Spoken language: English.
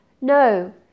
No